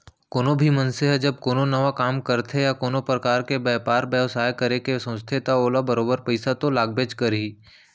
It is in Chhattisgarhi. कोनो भी मनसे ह जब कोनो नवा काम करथे या कोनो परकार के बयपार बेवसाय करे के सोचथे त ओला बरोबर पइसा तो लागबे करही